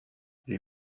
les